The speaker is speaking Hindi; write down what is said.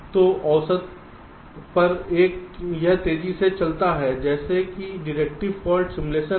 तो औसत पर यह तेजी से चलता है जैसे कि डिडक्टिव फॉल्ट सिमुलेशन है